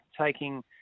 taking